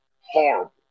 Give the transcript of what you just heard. horrible